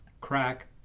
crack